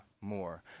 more